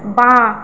বাঁ